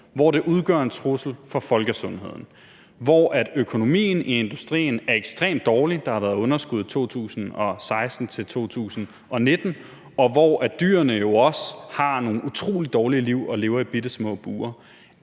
hvor den udgør en trussel for folkesundheden, hvor økonomien i industrien er ekstremt dårlig – der har været underskud i 2016 til 2019 – og hvor dyrene jo også har nogle utrolig dårlige liv og lever i bittesmå bure.